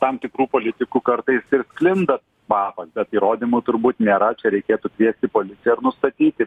tam tikrų politikų kartais ir sklinda kvapas bet įrodymų turbūt nėra čia reikėtų kviesti policiją ir nustatyti